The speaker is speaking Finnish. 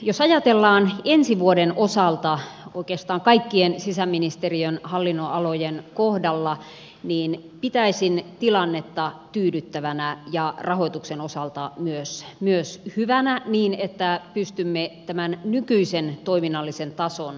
jos ajatellaan ensi vuoden osalta oikeastaan kaikkien sisäministeriön hallinnonalojen kohdalla niin pitäisin tilannetta tyydyttävänä ja rahoituksen osalta myös hyvänä niin että pystymme tämän nykyisen toiminnallisen tason säilyttämään